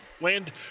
Land